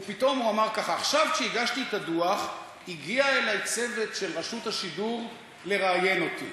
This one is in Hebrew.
עכשיו כשהגשתי את הדוח הגיע אלי צוות של רשות השידור לראיין אותי.